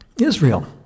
Israel